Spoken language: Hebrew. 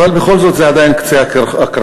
אבל בכל זאת, זה עדיין קצה הקרחון.